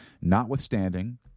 Notwithstanding